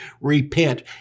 repent